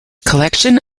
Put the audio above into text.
collection